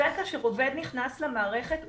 וכאשר עובד נכנס למערכת,